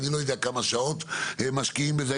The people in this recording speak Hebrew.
אני לא יודע כמה שעות משקיעים בזה.